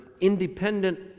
independent